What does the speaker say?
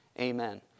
Amen